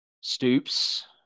stoops